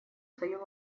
свою